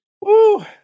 Woo